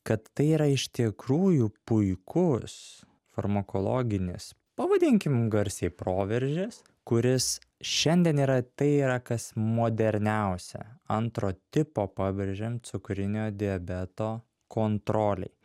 kad tai yra iš tikrųjų puikus farmakologinis pavadinkim garsiai proveržis kuris šiandien yra tai yra kas moderniausia antro tipo pabrėžiam cukrinio diabeto kontrolei